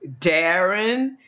Darren